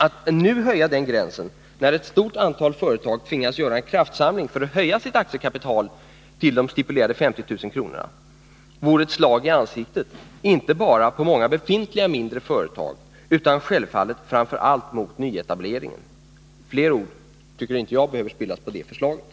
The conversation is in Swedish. Att nu höja den gränsen, när ett stort antal företag tvingas göra en kraftsamling för att höja sitt aktiekapital till de stipulerade 50 000 kronorna, vore inte bara ett slag i ansiktet på många befintliga mindre företag utan självfallet framför allt ett hårt slag mot nyetableringen. Fler ord behöver inte spillas på det förslaget.